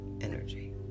energy